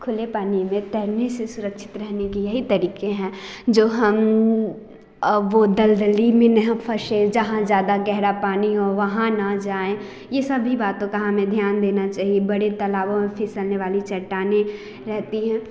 खुले पानी में तैरने से सुरक्षित रहने के यही तरीके हैं जो हम अब दलदली में न फंसे जहाँ ज़्यादा गहरा पानी वहाँ न जाएँ ये सभी बातों का भी हमें ध्यान देना चाहिए बड़े तालाबों में फिसलने वाली चट्टानों में रहती हैं